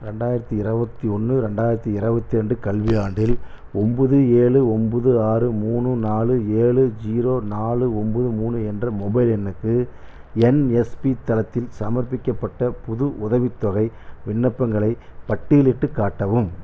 ரெண்டாயிரத்து இருவத்தி ஒன்று ரெண்டாயிரத்து இருவத்தி ரெண்டு கல்வியாண்டில் ஒம்பது ஏழு ஒம்பது ஆறு மூணு நாலு ஏழு ஜீரோ நாலு ஒம்பது மூணு என்ற மொபைல் எண்ணுக்கு என்எஸ்பி தளத்தில் சமர்ப்பிக்கப்பட்ட புது உதவித்தொகை விண்ணப்பங்களைப் பட்டியலிட்டு காட்டவும்